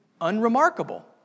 unremarkable